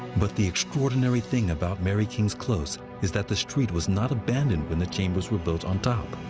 but the extraordinary thing about mary king's close is that the street was not abandoned when the chambers were built on top.